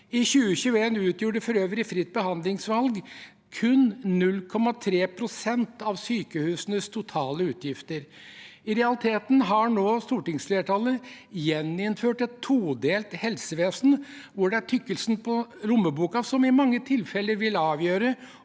I 2021 utgjorde for øvrig fritt behandlingsvalg kun 0,3 pst. av sykehusenes totale utgifter. I realiteten har stortingsflertallet nå gjeninnført et todelt helsevesen hvor det er tykkelsen på lommeboka som i mange tilfeller vil avgjøre